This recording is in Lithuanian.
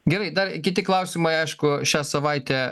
gerai dar kiti klausimai aišku šią savaitę